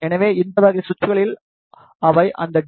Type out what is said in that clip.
எனவே இந்த வகை சுவிட்சுகளில் அவை எந்த டி